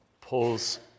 pulls